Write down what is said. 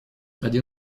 один